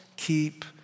keep